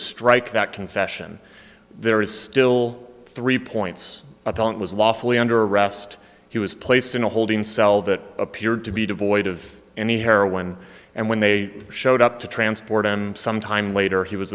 strike that confession there is still three points appellant was lawfully under arrest he was placed in a holding cell that appeared to be devoid of any heroin and when they showed up to transport him some time later he was